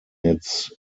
its